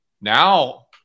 now